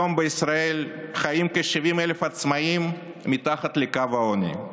חיים היום בישראל כ-70,000 עצמאים מתחת לקו העוני.